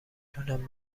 تونن